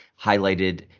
highlighted